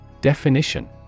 Definition